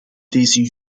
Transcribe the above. deze